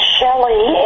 Shelley